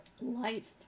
Life